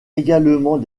également